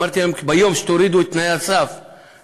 אמרתי להם: ביום שתורידו את תנאי הסף למאבטח,